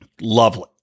Lovely